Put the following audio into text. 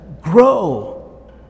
grow